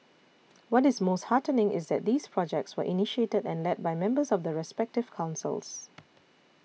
what is most heartening is that these projects were initiated and led by members of the respective councils